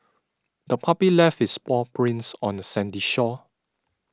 the puppy left its paw prints on the sandy shore